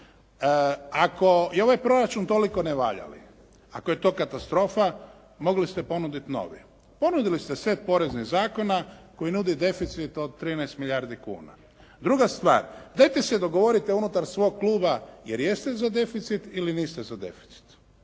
ako je ovaj proračun toliko nevaljali, ako je to katastrofa mogli ste ponuditi novi. Ponudili ste set poreznih zakona koji nudi deficit od 13 milijardi kuna. Druga stvar, dajte se dogovorite unutar svog kluba jel' jeste za deficit ili niste za deficit?